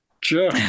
Sure